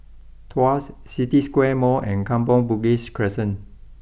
Tuas City Square Mall and Kampong Bugis Crescent